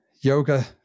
yoga